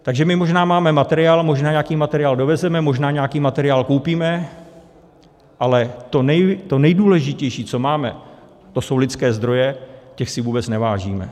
Takže my možná máme materiál, možná nějaký materiál dovezeme, možná nějaký materiál koupíme, ale to nejdůležitější, co máme, to jsou lidské zdroje, těch si vůbec nevážíme.